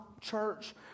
church